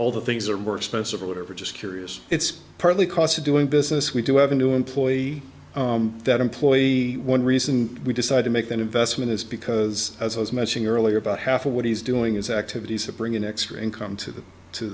all the things are more expensive or whatever just curious it's part of the cost of doing business we do have a new employee that employee one reason we decide to make that investment is because as i was mentioning earlier about half of what he's doing is activities that bring in extra income to the to